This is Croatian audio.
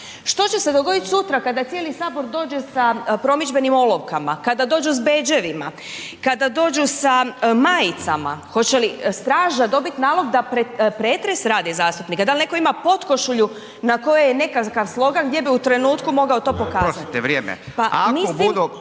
Što će se dogoditi sutra, kada cijeli Sabor dođe sa promidžbenim olovkama, kada dođu s bedževima, kada dođu sa majicama, hoće li straža dobiti nalog da pretres radi zastupnika? Dl netko ima potkošulju na kojoj je nekakav slogan gdje bi u trenutku mogao to pokazati? …/Upadica Radin: